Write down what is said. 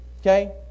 Okay